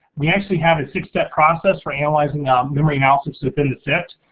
we actually have a six step process for analyzing memory analysis if in sift.